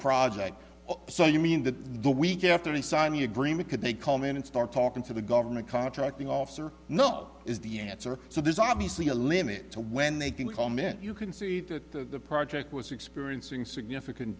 project so you mean that the week after i signed the agreement could they call me in and start talking to the government contracting office or no is the answer so there's obviously a limit to when they can comment you can see the project was experiencing significant